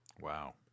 Wow